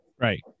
Right